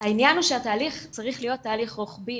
העניין הוא שהתהליך צריך להיות תהליך רוחבי.